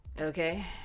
okay